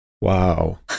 wow